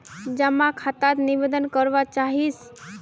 जमा खाता त निवेदन करवा चाहीस?